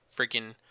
freaking